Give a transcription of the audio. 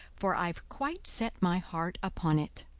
for i've quite set my heart upon it.